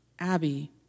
Abby